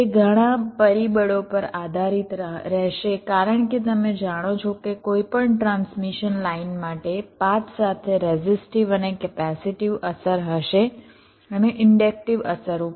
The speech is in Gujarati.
તે ઘણા પરિબળો પર આધારિત રહેશે કારણ કે તમે જાણો છો કે કોઈપણ ટ્રાન્સમિશન લાઇન માટે પાથ સાથે રેઝિસ્ટીવ અને કેપેસિટીવ અસર હશે અને ઇન્ડક્ટીવ અસરો પણ